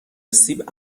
سیب